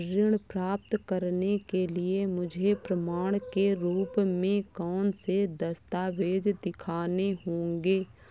ऋण प्राप्त करने के लिए मुझे प्रमाण के रूप में कौन से दस्तावेज़ दिखाने होंगे?